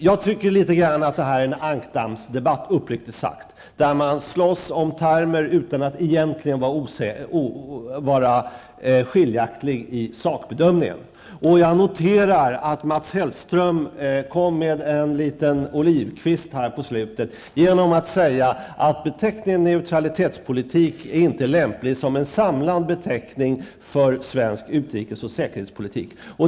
Jag tycker uppriktigt sagt att det här är litet grand av en ankdammsdebatt. Man slåss om termer utan att egentligen ha skiljaktiga meningar i sakbedömningen. Jag noterar att Mats Hellström kom med en liten olivkvist på slutet genom att säga att beteckningen neutralitetspolitik inte är lämplig som en samlad beteckning för svensk utrikes och säkerhetspolitik.